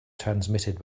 transmitted